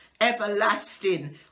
everlasting